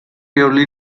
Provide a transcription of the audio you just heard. purely